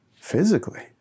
physically